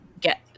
get